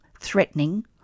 threatening